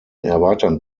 erweitern